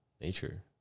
nature